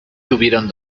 tuvieron